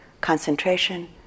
concentration